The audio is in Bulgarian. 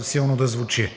силно да звучи.